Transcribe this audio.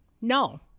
No